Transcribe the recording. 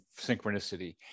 synchronicity